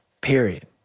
period